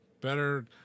better